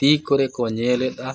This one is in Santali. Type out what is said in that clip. ᱛᱤ ᱠᱚᱨᱮᱠᱚ ᱧᱮᱞᱮᱫᱼᱟ